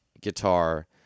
guitar